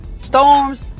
Storms